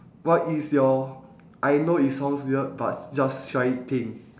what is your I know it sounds weird but just try it thing